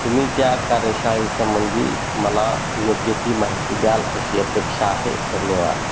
तुम्ही त्या कार्यशाळेसंंबंधी मला योग्य ती माहिती द्याल अशी अपेक्षा आहे धन्यवाद